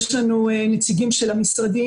יש לנו נציגים מאוד מקצועיים של המשרדים